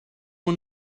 one